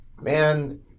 Man